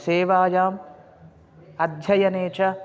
सेवायाम् अध्ययने च